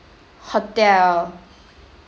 hotel